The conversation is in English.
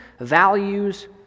values